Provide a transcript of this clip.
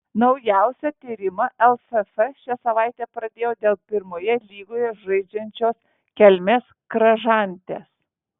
naujausią tyrimą lff šią savaitę pradėjo dėl pirmoje lygoje žaidžiančios kelmės kražantės